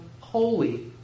holy